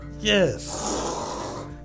Yes